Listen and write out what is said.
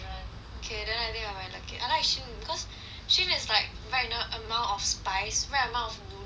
okay then I think I might like it I like Shin because Shin is like right now~ amount of spice right amount of noodles